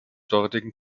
dortigen